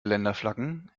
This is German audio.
länderflaggen